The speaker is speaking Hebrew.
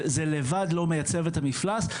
זה לבד לא מייצב את המפלס,